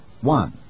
One